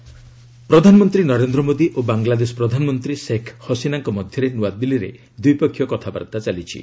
PM Sheikh Hasina ପ୍ରଧାନମନ୍ତ୍ରୀ ନରେନ୍ଦ୍ର ମୋଦି ଓ ବାଂଲାଦେଶ ପ୍ରଧାନମନ୍ତ୍ରୀ ଶେଖ୍ ହସିନାଙ୍କ ମଧ୍ୟରେ ନୂଆଦିଲ୍ଲୀରେ ଦ୍ୱିପକ୍ଷୀୟ କଥାବାର୍ତ୍ତା ଚାଲିଛି